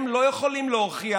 הם לא יכולים להוכיח,